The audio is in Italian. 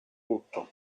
tutto